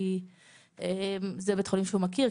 כי זה בית החולים שהוא מכיר,